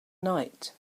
night